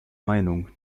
meinung